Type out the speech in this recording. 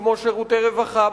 כמו שירותי רווחה,